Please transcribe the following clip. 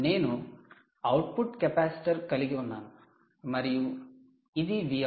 నేను output capacitor కలిగి ఉన్నాను మరియు ఇది Vout